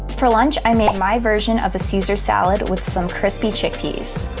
for lunch, i made my version of a caesar salad with some crispy chickpeas.